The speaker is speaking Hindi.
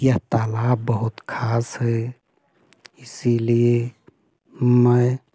यह तालाब बहुत ख़ास है इसलिए मैं